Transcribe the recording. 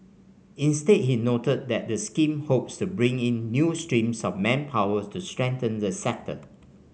instead he noted that the scheme hopes to bring in new streams of manpower to strengthen the sector